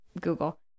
Google